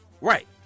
Right